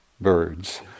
birds